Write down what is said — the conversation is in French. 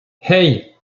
hey